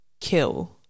kill